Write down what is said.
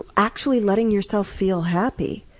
actually letting yourself feel happy.